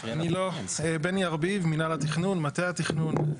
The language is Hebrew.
בני ארביב, מינהל התכנון, מטה התכנון.